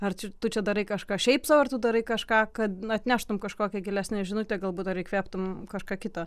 ar čia tu čia darai kažką šiaip sau ar tu darai kažką kad na atneštum kažkokią gilesnę žinutę galbūt ar įkvėptum kažką kito